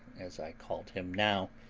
as i called him now,